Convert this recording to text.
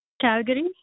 Calgary